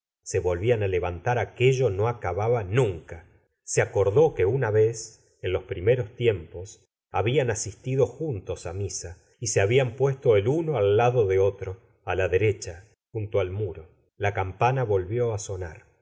se volvían á levantar aquello no acababa nunca se acordó que una vez en los primeros tiempos habían asistido juntos á misa y se habían puesto el uno al lado de otro á la derecha junto al muro la campana volvió á sonar